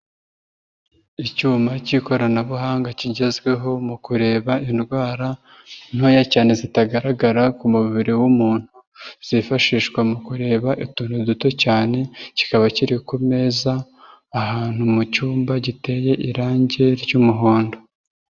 Icyuma cy'ikoranabuhanga kigezweho mu kureba indwara ntoya cyane zitagaragara ku mubiri w'umuntu. Zifashishwa mu kureba utuntu duto cyane, kikaba kiri ku meza, ahantu mu cyumba giteye irangi ry'umuhondo.